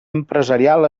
empresarial